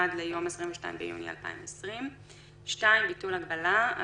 עד ליום ל׳ בסיוון התש״ף (22 ביוני 2020). ביטול הגבלה 2.(א)